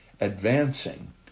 advancing